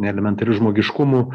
elementariu žmogiškumu